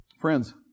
Friends